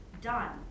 done